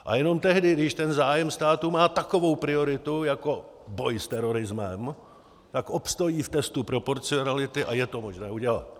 A jenom tehdy, když zájem státu má takovou prioritu jako boj s terorismem, tak obstojí v testu proporcionality a je to možné udělat.